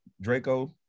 Draco